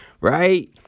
Right